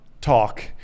talk